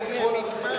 אתה אומר ליפול על חרב.